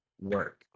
work